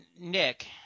Nick